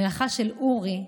המלאכה של אורי,